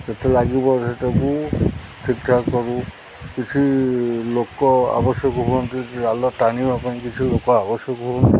କେତେ ଲାଗିବ ସେଟାକୁ ଠିକ୍ ଠାକ୍ କରୁ କିଛି ଲୋକ ଆବଶ୍ୟକ ହୁଅନ୍ତି ଜାଲ ଟାଣିବା ପାଇଁ କିଛି ଲୋକ ଆବଶ୍ୟକ ହୁଅନ୍ତି